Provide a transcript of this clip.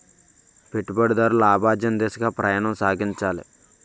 పెట్టుబడిదారులు లాభార్జన దిశగా ప్రయాణం సాగించాలి